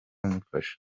umufasha